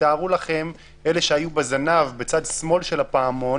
תארו לכם את אלה שהיו בזנב, בצד שמאל של הפעמון,